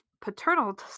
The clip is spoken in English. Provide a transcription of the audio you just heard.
paternal